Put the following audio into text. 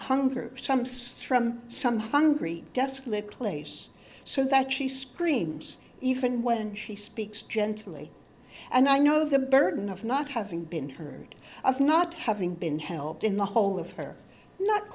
hunger sums from some hungry desolate place so that she screams even when she speaks gently and i know the burden of not having been heard of not having been helped in the whole of her not